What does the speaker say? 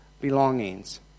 belongings